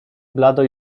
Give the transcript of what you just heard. blado